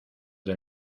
del